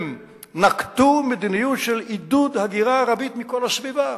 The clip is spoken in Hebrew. הם נקטו מדיניות של עידוד הגירה ערבית מכל הסביבה,